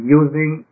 using